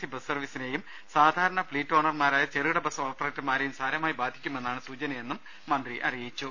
C bus സർവീസിനെയും സാധാരണ fleet ഓണർമാരായ ചെറുകിട ബസ് ഓപറേറ്റർമാരെയും സാരമായി ബാധിക്കുമെന്നാണ് സൂചനയെന്നും മന്ത്രി അറിയിച്ചു